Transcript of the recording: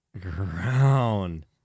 Ground